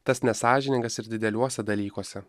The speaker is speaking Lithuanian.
tas nesąžiningas ir dideliuose dalykuose